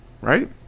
right